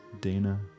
Dana